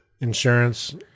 insurance